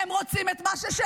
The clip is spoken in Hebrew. הם רוצים את מה ששלנו,